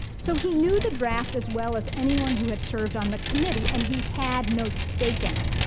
so, he knew the draft as well as anyone who had served on the committee and he had no stake in it.